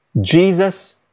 Jesus